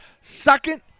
second